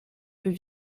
peut